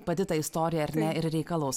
pati ta istorija ar ne ir reikalaus